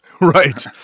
Right